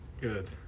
Good